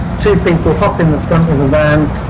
two people hop in the front of the van,